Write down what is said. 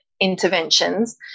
interventions